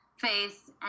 face